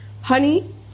honey